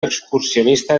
excursionista